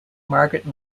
margaret